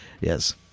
Yes